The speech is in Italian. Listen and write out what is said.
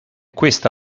questa